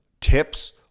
tips